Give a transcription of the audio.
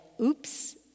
Oops